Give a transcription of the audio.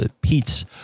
Pete's